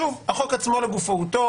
שוב - החוק עצמו, לגופו הוא טוב.